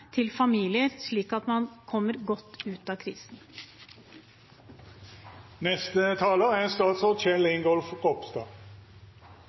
til familier, slik at man kommer godt ut av